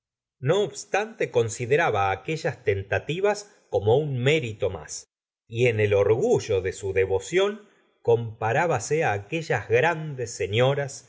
no obstante consideraba aquellas tentativas como un mérito más y en el orgullo de su devoción comparábase á aquellas grandes señoras